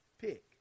pick